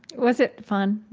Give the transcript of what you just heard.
was it fun?